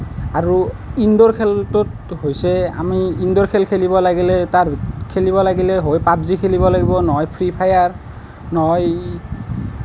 আৰু ইনডোৰ খেলটোত হৈছে আমি ইনডোৰ খেল খেলিব লাগিলে তাৰ খেলিব লাগিলে হয় পাবজি খেলিব লাগিব নহয় ফ্ৰিফায়াৰ নহয়